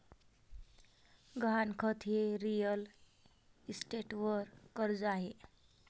गहाणखत हे रिअल इस्टेटवर कर्ज आहे